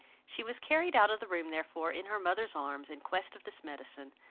she was carried out of the room therefore in her mother's arms, in quest of this medicine,